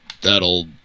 that'll